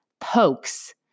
pokes